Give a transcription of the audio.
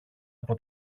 από